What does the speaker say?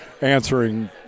answering